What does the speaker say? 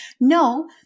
No